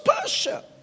Persia